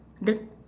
the